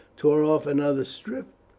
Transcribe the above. tore off another strip,